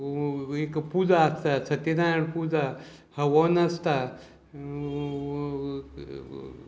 एक पुजा आसता सत्यनारायण पुजा हवन आसता